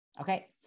Okay